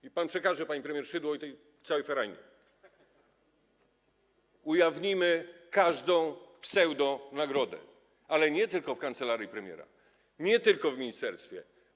Niech pan przekaże pani premier Szydło i tej całej ferajnie, że ujawnimy każdą pseudonagrodę - nie tylko w kancelarii premiera, nie tylko w ministerstwie.